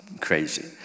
crazy